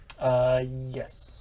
Yes